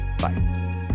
Bye